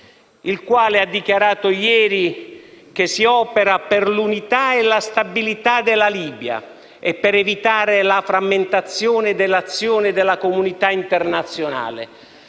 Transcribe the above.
che ha dichiarato ieri che si opera per l'unità e la stabilità della Libia e per evitare la frammentazione dell'azione della comunità internazionale?